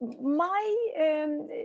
my and